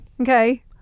Okay